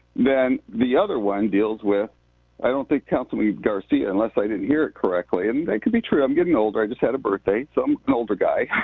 then the other one deals with i don't think councilman garcia, unless i didn't hear it correctly, and that could be true, i'm getting older, i just had a birthday, so i'm an older guy,